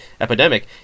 epidemic